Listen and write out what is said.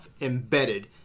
embedded